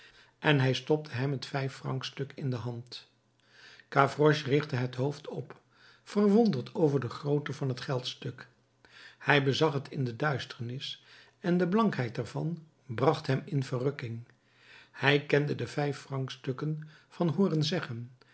en hij stopte hem het vijffrancstuk in de hand gavroche richtte het hoofd op verwonderd over de grootte van het geldstuk hij bezag het in de duisternis en de blankheid ervan bracht hem in verrukking hij kende de vijffrancstukken van hooren zeggen